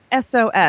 SOS